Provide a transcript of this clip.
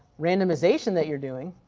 randomization that you're doing,